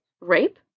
rape